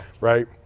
right